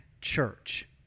church